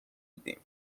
بودیم